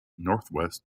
northwest